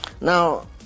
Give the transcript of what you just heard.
now